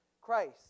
Christ